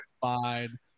fine